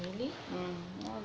really